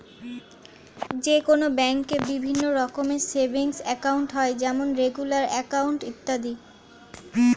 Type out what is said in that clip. যে কোনো ব্যাঙ্কে বিভিন্ন রকমের সেভিংস একাউন্ট হয় যেমন রেগুলার অ্যাকাউন্ট, ইত্যাদি